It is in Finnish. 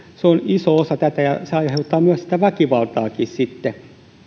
se on iso osa tätä ja se aiheuttaa myös väkivaltaakin sitten